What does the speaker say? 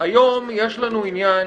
היום יש לנו עניין